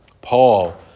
Paul